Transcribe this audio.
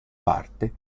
parte